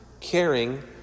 caring